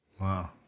Wow